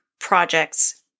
projects